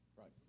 right